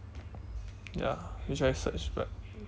ya which I search but